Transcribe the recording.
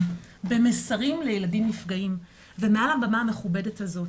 במסרים לילדים נפגעים ומעל הבמה המכובדת הזאת,